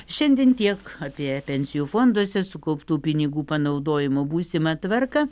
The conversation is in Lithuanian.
šiandien tiek apie pensijų fonduose sukauptų pinigų panaudojimo būsimą tvarką